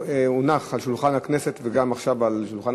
שהונחו על שולחן הכנסת וגם עכשיו על שולחן